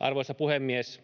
Arvoisa puhemies!